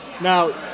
now